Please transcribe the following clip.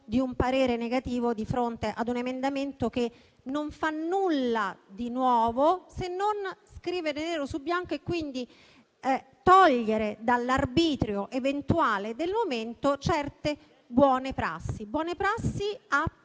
di un parere negativo di fronte a un emendamento che non fa nulla di nuovo se non scrivere nero su bianco, e quindi togliere dall'arbitrio eventuale del momento, certe buone prassi atte a tutelare